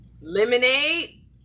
Lemonade